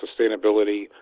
sustainability